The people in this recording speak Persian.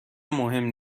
مهم